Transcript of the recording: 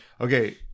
Okay